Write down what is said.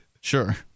sure